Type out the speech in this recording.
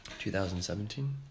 2017